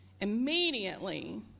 Immediately